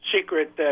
secret